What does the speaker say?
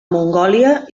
mongòlia